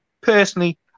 Personally